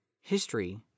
History